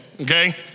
Okay